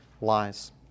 lies